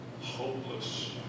hopeless